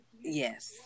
Yes